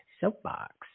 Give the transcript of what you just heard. soapbox